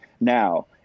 Now